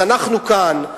אז אנחנו כאן,